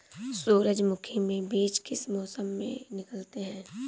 सूरजमुखी में बीज किस मौसम में निकलते हैं?